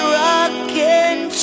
rocking